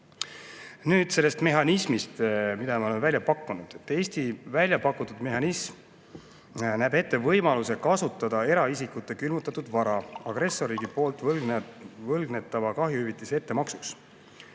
Nüüd sellest mehhanismist, mille me oleme välja pakkunud. Eesti välja pakutud mehhanism näeb ette võimaluse kasutada eraisikute külmutatud vara agressori võlgnetava kahjuhüvitise ettemaksuks.